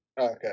Okay